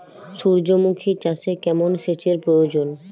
সূর্যমুখি চাষে কেমন সেচের প্রয়োজন?